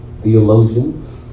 theologians